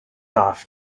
off